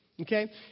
okay